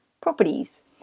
properties